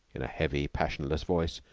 in a heavy, passionless voice,